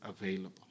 available